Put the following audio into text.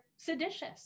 seditious